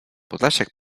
podlasiak